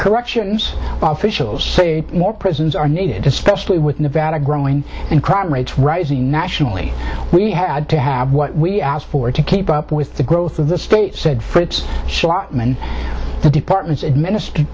corrections officials say more prisons are needed especially with nevada growing and crime rates rising nationally we had to have what we asked for to keep up with the growth of the state said fritz shotton the department's administer